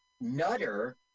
Nutter